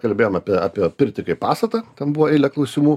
kalbėjom apie apie pirtį kaip pastatą ten buvo eilė klausimų